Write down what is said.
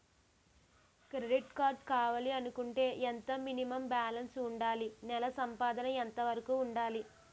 Credit card కావాలి అనుకుంటే ఎంత మినిమం బాలన్స్ వుందాలి? నెల సంపాదన ఎంతవరకు వుండాలి?